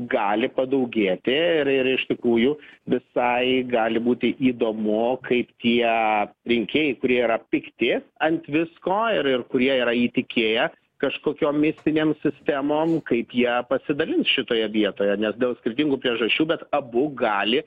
gali padaugėti ir ir iš tikrųjų visai gali būti įdomu kaip tie rinkėjai kurie yra pikti ant visko ir ir kurie yra įtikėję kažkokiom mistinėm sistemom kaip jie pasidalins šitoje vietoje nes dėl skirtingų priežasčių bet abu gali